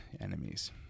enemies